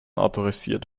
autorisiert